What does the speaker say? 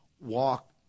walk